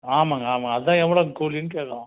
ஆமாம்ங்க ஆமாம் அதுதான் எவ்வளோ கூலின்னு கேக்குறோம்